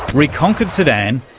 reconquered sudan,